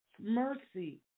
mercy